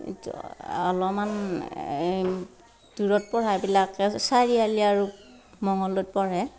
এইটো অলপমান দূৰত পঢ়াবিলাকে চাৰিআলি আৰু মঙ্গলদৈত পঢ়ে